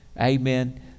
Amen